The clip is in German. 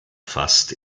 fast